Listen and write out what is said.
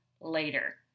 later